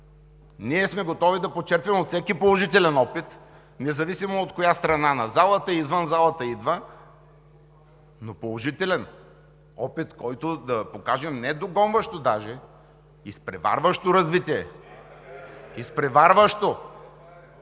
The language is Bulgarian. Ние сме готови да почерпим от всеки положителен опит, независимо от коя страна на залата и извън залата идва, но положителен – опит, който да покаже не догонващо даже, а изпреварващо развитие. (Оживление.)